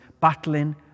battling